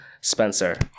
Spencer